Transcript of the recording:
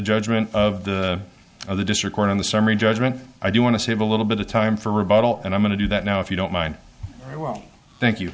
judgment of the of the district court in the summary judgment i do want to have a little bit of time for rebuttal and i'm going to do that now if you don't mind thank you